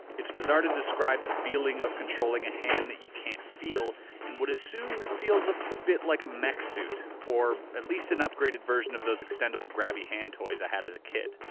it's bizarre to describe the feeling of controlling a hand that you can't feel and would assume this feels a bit like a mech suit or at least an upgraded version of those extendible grabby hand toys i had as a kid,